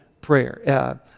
prayer